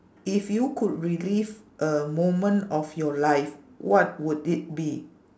if you could relive a moment of your life what would it be